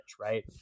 Right